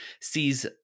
sees